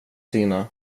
sina